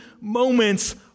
moments